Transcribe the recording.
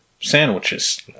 sandwiches